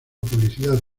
publicidad